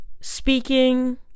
speaking